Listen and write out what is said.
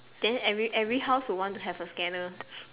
then every every house would want to have a scanner